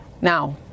Now